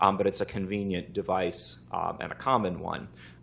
um but it's a convenient device and a common one.